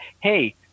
hey